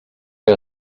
que